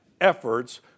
efforts